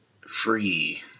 free